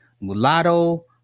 mulatto